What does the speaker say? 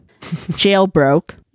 Jailbroke